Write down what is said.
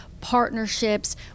partnerships